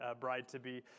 bride-to-be